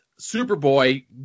Superboy